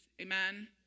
Amen